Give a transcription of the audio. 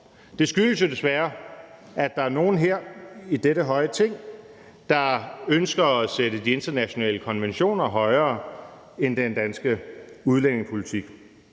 Det skyldes jo desværre, at der er nogle her i dette høje Ting, der ønsker at sætte de internationale konventioner højere end den danske udlændingepolitik.